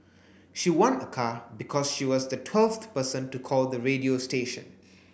she won a car because she was the twelfth person to call the radio station